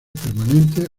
permanente